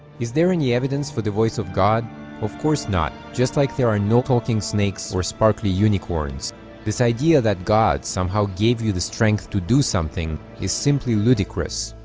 is there any evidence for the voice of god of course not just like there are no talking snakes? or sparkly unicorns this idea that god somehow gave you the strength to do something is simply ludicrous